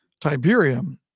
Tiberium